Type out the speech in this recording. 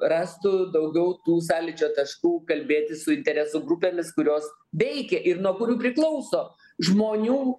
rastų daugiau tų sąlyčio taškų kalbėti su interesų grupėmis kurios veikia ir nuo kurių priklauso žmonių